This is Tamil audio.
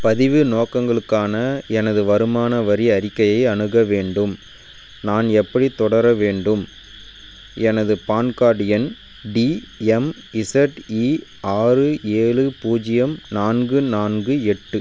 பதிவு நோக்கங்களுக்காக எனது வருமான வரி அறிக்கையை அணுக வேண்டும் நான் எப்படி தொடர வேண்டும் எனது பான் கார்டு எண் டிஎம்இஸட்இ ஆறு ஏழு பூஜ்ஜியம் நான்கு நான்கு எட்டு